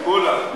כולם.